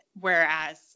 Whereas